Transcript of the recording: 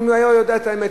ואם הוא היה יודע את האמת,